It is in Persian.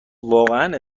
واقعا